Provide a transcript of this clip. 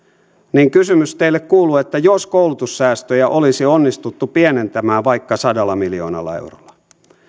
niin kysymys teille kuuluu jos koulutussäästöjä olisi onnistuttu pienentämään vaikka sadalla miljoonalla eurolla